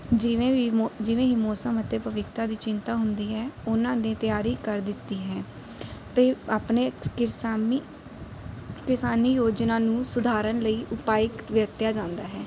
ਜਿਵੇਂ ਵੀ ਮੌ ਜਿਵੇਂ ਹੀ ਮੌਸਮ ਅਤੇ ਭਵਿੱਖਤਾ ਦੀ ਚਿੰਤਾ ਹੁੰਦੀ ਹੈ ਉਹਨਾਂ ਨੇ ਤਿਆਰੀ ਕਰ ਦਿੱਤੀ ਹੈ ਅਤੇ ਆਪਣੇ ਕਿਰਸਾਨੀ ਕਿਸਾਨੀ ਯੋਜਨਾ ਨੂੰ ਸੁਧਾਰਨ ਲਈ ਉਪਾਏ ਵਰਤਿਆ ਜਾਂਦਾ ਹੈ